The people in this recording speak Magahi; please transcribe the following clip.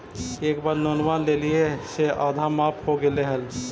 एक बार लोनवा लेलियै से आधा माफ हो गेले हल?